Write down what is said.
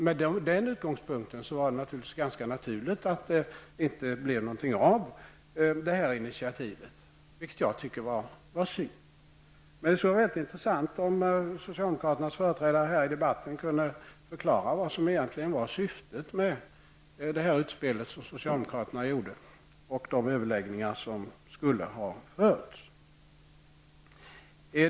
Med den utgångspunkten var det ganska naturligt att det inte blev något av det här initiativet. Det tycker jag var synd. Det skulle vara mycket intressant om socialdemokraternas företrädare i debatten här kunde förklara vad som egentligen var syftet med det utspel som socialdemokraterna gjorde och de överläggningar som skulle ha förts.